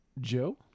Joe